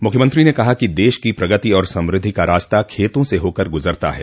मुख्यमंत्री ने कहा कि देश की प्रगति और समृद्धि का रास्ता खेतों से होकर गुजरता है